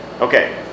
Okay